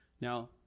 Now